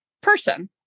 person